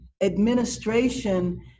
administration